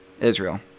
Israel